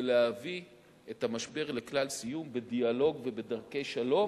ולהביא את המשבר לכלל סיום בדיאלוג ובדרכי שלום,